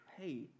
hey